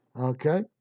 Okay